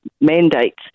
mandates